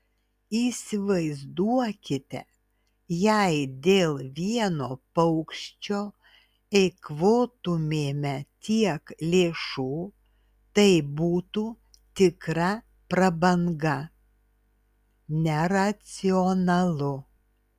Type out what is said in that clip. įsivaizduokite jei dėl vieno paukščio eikvotumėme tiek lėšų tai būtų tikra prabanga neracionalu